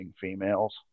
females